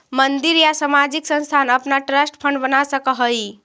मंदिर या सामाजिक संस्थान अपना ट्रस्ट फंड बना सकऽ हई